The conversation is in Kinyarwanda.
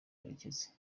karekezi